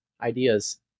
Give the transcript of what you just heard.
ideas